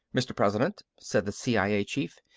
mr. president, said the cia chief,